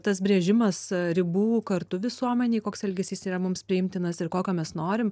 tas brėžimas ribų kartu visuomenėj koks elgesys yra mums priimtinas ir kokio mes norim